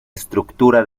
estructura